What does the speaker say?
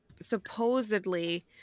supposedly